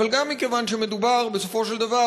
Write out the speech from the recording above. אבל גם מכיוון שמדובר בסופו של דבר